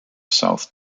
south